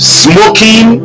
smoking